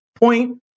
point